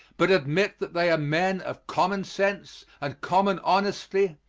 but admit that they are men of common sense and common honesty,